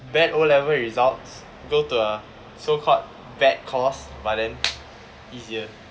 bad O level results go to a so called bad course but then easier